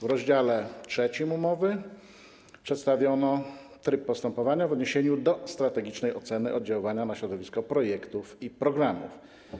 W rozdziale 3 umowy przedstawiono tryb postępowania w odniesieniu do strategicznej oceny oddziaływania na środowisko projektów i programów.